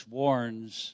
warns